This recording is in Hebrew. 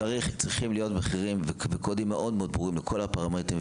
צריכים להיות מחירים וקודים מאוד מאוד ברורים לכל הפרמטרים,